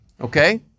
okay